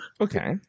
okay